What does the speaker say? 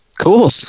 cool